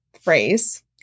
phrase